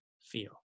feel